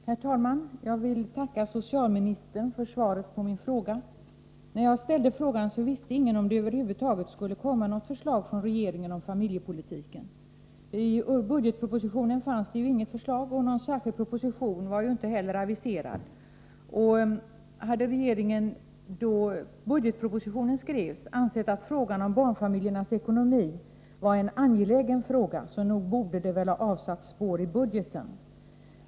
Herr talman! Jag vill tacka socialministern för svaret på min fråga. När jag ställde frågan visste ingen om det över huvud taget skulle komma ett förslag från regeringen om familjepolitiken. I budgetpropositionen fanns det inget förslag, och någon särskild proposition var inte heller aviserad. Hade regeringen då budgetpropositionen skrevs ansett att frågan om barnfamiljernas ekonomi var en angelägen fråga, borde det nog ha avsatt sina spår i budgeten.